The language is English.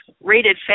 rated